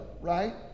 right